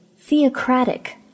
theocratic